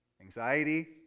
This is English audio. Anxiety